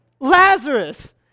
Lazarus